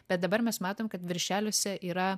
bet dabar mes matom kad viršeliuose yra